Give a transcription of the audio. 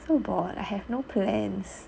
so bored I have no plans